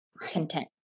Content